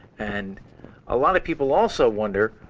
and a lot of people also wonder,